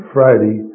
Friday